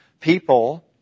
people